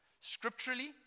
Scripturally